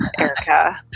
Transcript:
Erica